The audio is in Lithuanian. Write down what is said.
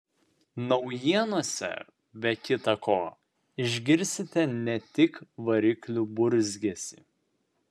naujienose be kita ko išgirsite ne tik variklių burzgesį